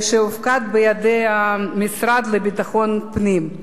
שהופקד בידי המשרד לביטחון פנים,